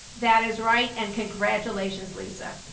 that is right and congratulations, lisa.